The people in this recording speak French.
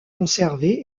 conservé